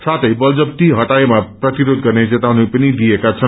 साथै बलजप्ती हटाएमा प्रतिरोध गर्ने चेताउन पनि दिएका छन्